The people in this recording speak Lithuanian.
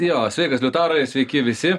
jo sveikas liutaurai sveiki visi